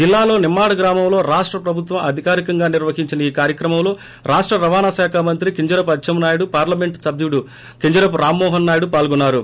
జిల్లాలో నిమ్మాడ గ్రామంలో రాష్ట ప్రభుత్వం అధికారికంగా నిర్వహించిన ఈ కార్యక్రమంలో రాష్ట రవాణా శాఖ మంత్రి కింజరాపు అచ్చెన్నా యుడు పార్లమెంట్ సభ్యుడు కింజరాపు రామ్మోహన్ నాయుడు పాల్గొన్నారు